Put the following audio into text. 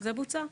זה בוצע.